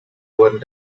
wurden